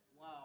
Wow